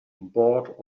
bought